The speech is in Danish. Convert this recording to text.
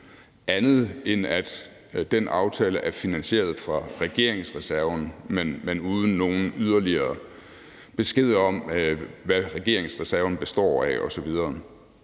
vide, end at den aftale er finansieret fra regeringsreserven, men uden nogen yderligere besked om, hvad regeringsreserven består af osv.